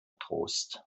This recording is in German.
trost